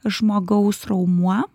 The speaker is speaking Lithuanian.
žmogaus raumuo